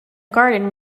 garden